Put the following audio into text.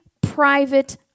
private